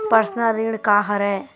Personal ऋण का हरय?